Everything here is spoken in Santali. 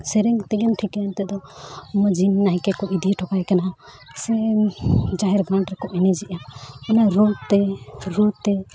ᱥᱮᱨᱮᱧ ᱛᱮᱜᱮᱢ ᱴᱷᱤᱠᱟᱹᱭᱟ ᱱᱤᱛᱚᱜ ᱫᱚ ᱢᱟᱹᱡᱷᱤ ᱱᱟᱭᱠᱮ ᱠᱚ ᱤᱫᱤ ᱦᱚᱴᱚ ᱠᱟᱭ ᱠᱟᱱᱟ ᱥᱮ ᱡᱟᱦᱮᱨ ᱜᱟᱲ ᱨᱮᱠᱚ ᱮᱱᱮᱡᱮᱜᱼᱟ ᱚᱱᱟ ᱨᱚᱲ ᱛᱮ ᱨᱩ ᱛᱮ